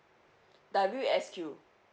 W X Q